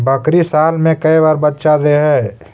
बकरी साल मे के बार बच्चा दे है?